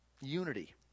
unity